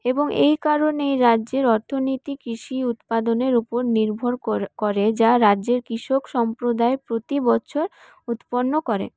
এবং এই কারণেই রাজ্যের অর্থনীতি কৃষি উৎপাদনের ওপর নির্ভর করে যা রাজ্যের কৃষক সম্প্রদায় প্রতি বছর উৎপন্ন করে